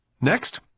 next